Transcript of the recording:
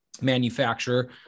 manufacturer